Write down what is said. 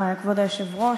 כבוד היושב-ראש,